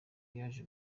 yaje